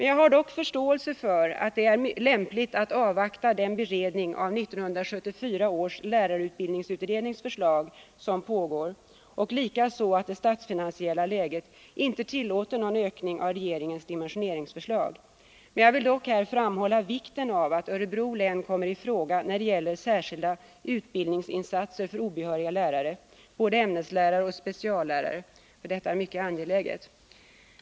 Jag har dock förståelse för att det kan vara lämpligt att avvakta den beredning av 1974 års lärarutbildningsutrednings förslag som pågår, likaså för att det statsfinansiella läget inte tillåter någon ökning av regeringens dimensioneringsförslag. Jag vill emellertid framhålla vikten av att Örebro län kommer i fråga när det gäller särskilda utbildningsinsatser för obehöriga lärare — både ämneslärare och speciallärare — för det är mycket angeläget.